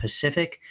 Pacific